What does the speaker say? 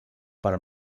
pel